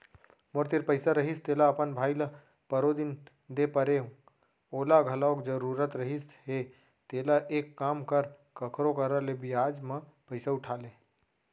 मोर तीर पइसा रहिस तेला अपन भाई ल परोदिन दे परेव ओला घलौ जरूरत रहिस हे तेंहा एक काम कर कखरो करा ले बियाज म पइसा उठा ले